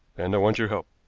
and i want your help.